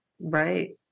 Right